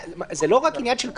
זה לא רק עניין של כמות,